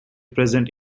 present